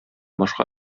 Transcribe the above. башка